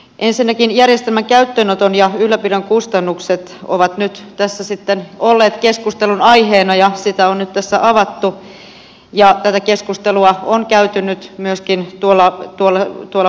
ensinnäkin järjestelmän käyttöönoton ja ylläpidon kustannukset ovat nyt tässä sitten olleet keskustelun aiheena ja sitä on nyt tässä avattu ja tätä keskustelua on käyty nyt myöskin tuolla muualla